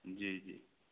जी जी